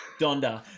Donda